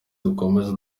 dukomeze